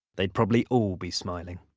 they'd probably all be smiling.